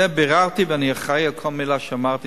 את זה ביררתי, ואני אחראי לכל מלה שאמרתי.